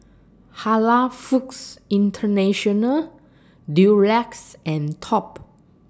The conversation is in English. Halal Foods International Durex and Top